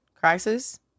crisis